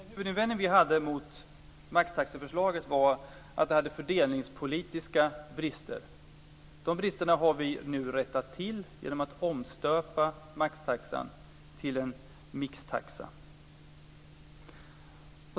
Herr talman! Vår huvudinvändning mot maxtaxeförslaget var att det hade fördelningspolitiska brister. De bristerna har vi nu rättat till genom att omstöpa maxtaxan till en mixtaxa.